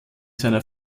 seiner